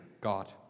God